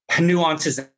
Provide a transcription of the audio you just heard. nuances